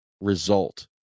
result